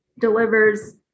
delivers